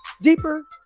deeper